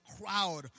crowd